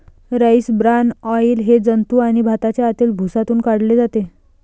rice bran oil हे जंतू आणि भाताच्या आतील भुसातून काढले जाते